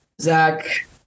Zach